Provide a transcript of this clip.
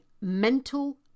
mental